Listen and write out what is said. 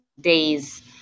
days